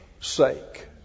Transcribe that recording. sake